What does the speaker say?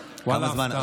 ואללה, הפתעה.